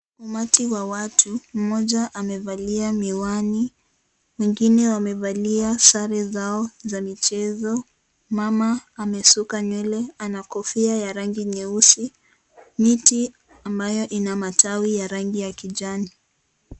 Umati wa watu, mmoja amevalia miwani, wengine wamevalia sare zao za michezo. Mama amesuka nywele ana kofia ya rangi nyeusi. Miti ambayo ina matawi ya rangi ya kijani.